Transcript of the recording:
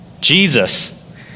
Jesus